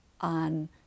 on